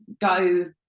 go